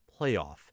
playoff